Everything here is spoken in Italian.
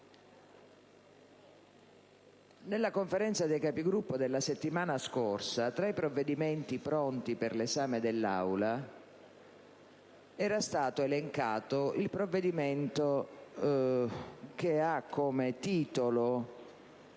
Nella Conferenza dei Capigruppo della settimana scorsa, tra i provvedimenti pronti per l'esame dell'Aula, era stato elencato anche quello intitolato